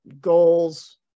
goals